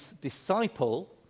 disciple